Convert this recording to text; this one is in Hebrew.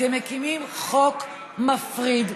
אתם מקימים חוק מפריד,